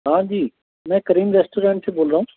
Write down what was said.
हांजी मैं करीम रैस्टोरेंट से बोल रहा हूं